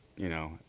you know.